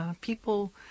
people